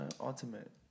Ultimate